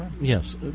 Yes